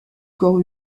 corps